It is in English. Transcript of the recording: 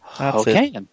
Okay